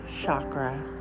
chakra